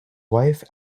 wife